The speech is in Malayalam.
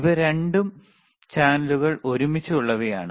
ഇവ രണ്ടു ചാനലുകൾ ഒരുമിച്ച് ഉള്ളവയാണ്